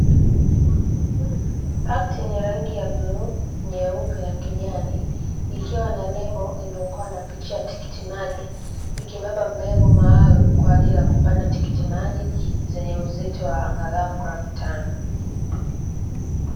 Pakiti ni ranigi ya bluu, nyeupe na kijani, ikiwa na lebo iliyokuwa na picha ya tikiti maji, ikibeba mbegu maalumu kwaajili ya kupanda tikiti maji zenye uzito wa angalau gramu tano.